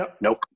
nope